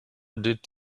did